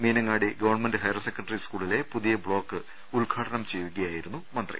Meenangadi government higher secondary സ് കൂളിലെ block ഉദ്ഘാടനം ചെയ്യുകയായിരുന്നു മന്ത്രി